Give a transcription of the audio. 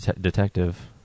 Detective